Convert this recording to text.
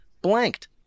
blanked